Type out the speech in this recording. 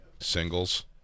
singles